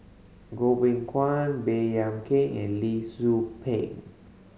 Goh Beng Kwan Baey Yam Keng and Lee Tzu Pheng